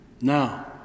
now